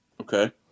Okay